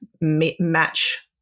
match